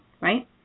right